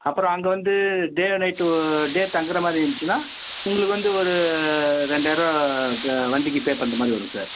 அப்புறம் அங்கே வந்து டே அண்ட் நைட்டு டே தங்குகற மாதிரி இருந்துச்சினா உங்களுக்கு வந்து ஒரு ரெண்டாயிரம் ரூபாய் த வண்டிக்கு பே பண்ணுற மாதிரி வரும் சார்